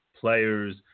players